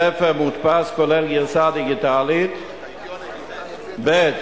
ספר מודפס כולל גרסה דיגיטלית, ב.